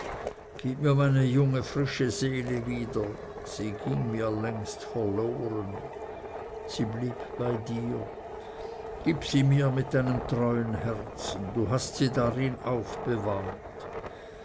gib mir meine junge frische seele wieder sie ging mir längst verloren sie blieb bei dir gib mir sie mit deinem treuen herzen du hast sie darin aufbewahrt